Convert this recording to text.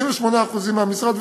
68% מהמשרד,